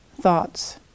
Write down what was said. thoughts